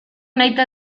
nahita